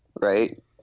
right